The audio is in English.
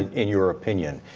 in in your opinion.